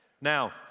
Now